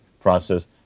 process